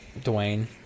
Dwayne